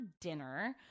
dinner